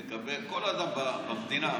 כל אדם במדינה,